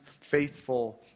faithful